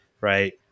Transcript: right